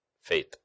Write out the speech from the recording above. faith